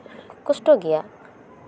ᱠᱚᱥᱴᱚ ᱜᱮᱭᱟ